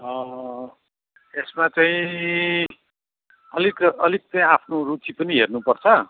यसमा चाहिँ अलिक र अलिक चाहिँ आफ्नो रुचि पनि हेर्नुपर्छ